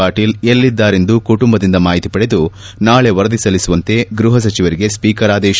ಪಾಟೀಲ್ ಎಲ್ಲಿದ್ದಾರೆಂದು ಕುಟುಂಬದಿಂದ ಮಾಹಿತಿ ಪಡೆದು ನಾಳೆ ವರದಿ ಸಲ್ಲಿಸುವಂತೆ ಗೃಹ ಸಚಿವರಿಗೆ ಸ್ವೀಕರ್ ಆದೇಶ